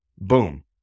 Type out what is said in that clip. Boom